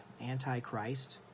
anti-Christ